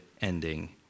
ending